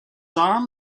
arm